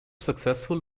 successful